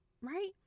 right